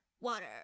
Water